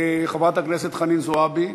חברת הכנסת חנין זועבי,